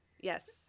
Yes